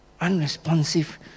Unresponsive